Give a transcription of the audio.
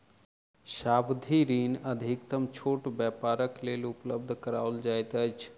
सावधि ऋण अधिकतम छोट व्यापारक लेल उपलब्ध कराओल जाइत अछि